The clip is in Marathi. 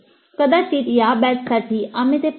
कदाचित या बॅचसाठी आम्ही ते प्राप्त केले आहे